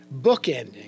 bookending